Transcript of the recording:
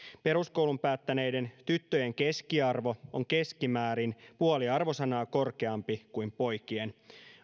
peruskoulun päättäneiden tyttöjen keskiarvo on keskimäärin puoli arvosanaa korkeampi kuin poikien